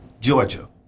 Georgia